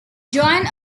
joan